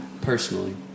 personally